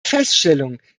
feststellung